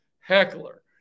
heckler